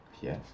Yes